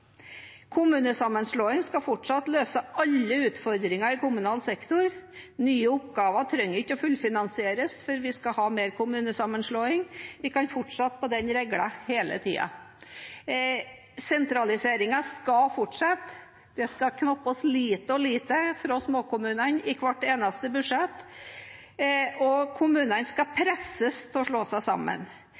Kommunesammenslåing skal fortsatt løse alle utfordringer i kommunal sektor. Nye oppgaver trenger ikke fullfinansieres, for vi skal ha mer kommunesammenslåing. Vi kan fortsette på den reglen hele tiden. Sentraliseringen skal fortsette, det skal tas litt og litt fra småkommunene i hvert eneste budsjett, og kommunene skal presses til å slå seg sammen.